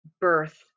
birth